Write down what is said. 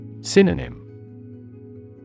Synonym